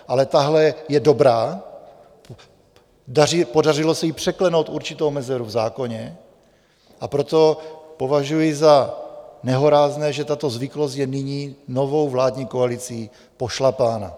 Ale tahle je dobrá, podařilo se jí překlenout určitou mezeru v zákoně, a proto považuji za nehorázné, že tato zvyklost je nyní novou vládní koalicí pošlapána.